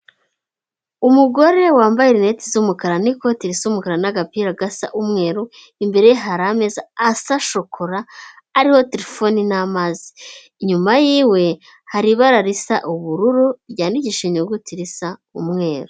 Umugore wambaye rineti z'umukara n'ikoti risa umukara n'agapira gasa umweru imbere ye hari imeza asa shokora ariho telefoni n'amazi, inyuma yiwe hari ibara risa ubururu ryandikishije inyuguti risa umweru.